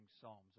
psalms